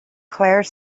clare